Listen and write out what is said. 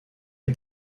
est